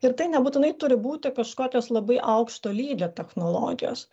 ir tai nebūtinai turi būti kažkokios labai aukšto lygio technologijos